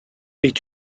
est